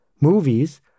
Movies